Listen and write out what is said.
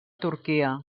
turquia